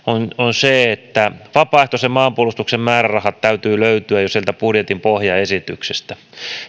että vapaaehtoisen maanpuolustuksen määrärahojen täytyy löytyä jo sieltä budjetin pohjaesityksestä ja